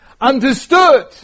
understood